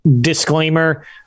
disclaimer